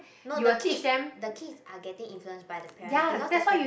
no the kids the kids are getting influenced by the parents because the parents